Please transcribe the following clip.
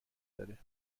داره